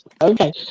okay